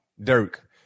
Dirk